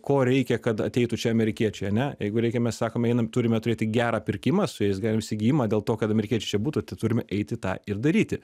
ko reikia kad ateitų čia amerikiečiai ane jeigu reikia mes sakome einam turime turėti gerą pirkimą su jais gerą įsigijimą dėl to kad amerikiečiai čia būtų tai turime eiti tą ir daryti